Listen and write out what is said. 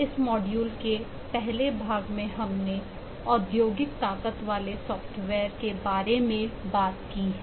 इस मॉड्यूल के पहले भाग में हमने औद्योगिक ताकत वाले सॉफ्टवेयर के बारे में बात की है